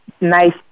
nice